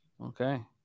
Okay